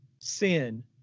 sin